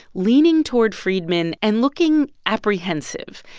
leaning toward friedman and looking apprehensive.